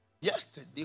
Yesterday